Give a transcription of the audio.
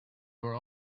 were